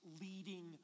Leading